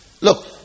look